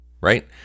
right